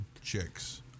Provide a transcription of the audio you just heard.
chicks